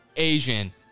Asian